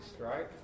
right